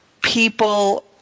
people